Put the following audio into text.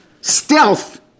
stealth